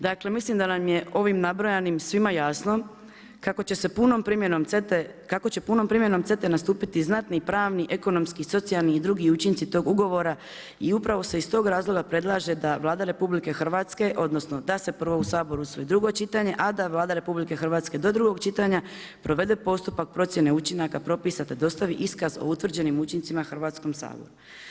Dakle, mislim da nam je ovim nabrojanim svima jasno kako će se punom primjenom CETA-e, kako će punom primjenom CETA-e nastupiti znatni pravni, ekonomski, socijalni i drugi učinci tog ugovora, i upravo se iz tog razlog predlaže da Vlada RH, da se prvo u Saboru usvoji drugo čitanje, a da Vlada Republike Hrvatske do drugog čitanja provede postupak procjene učinaka propisa, te dostavi iskaz o utvrđenim učincima Hrvatskom saboru.